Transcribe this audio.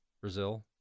Brazil